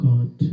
God